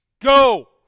Go